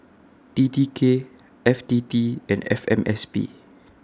T T K F T T and F M S P